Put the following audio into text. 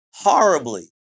horribly